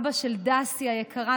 אבא של דסי היקרה,